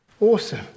Awesome